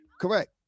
correct